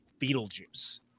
Beetlejuice